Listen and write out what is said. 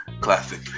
Classic